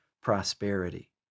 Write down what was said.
prosperity